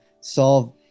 solve